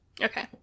Okay